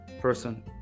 person